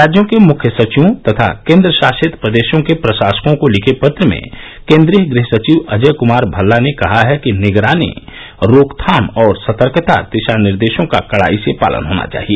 राज्यों के मुख्य सचिवों तथा केन्द्र शासित प्रदेशों के प्रशासकों को लिखे पत्र में केन्द्रीय गृह सचिव अजय कुमार भल्ला ने कहा है कि निगरानी रोकथाम और सतर्कता दिशा निर्देशों का कड़ाई से पालन होना चाहिए